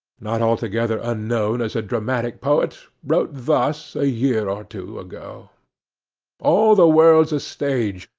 not altogether unknown as a dramatic poet, wrote thus a year or two ago all the world's a stage,